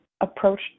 approach